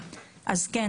כן,